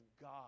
God